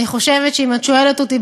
אני חושבת שאם את שואלת אותי,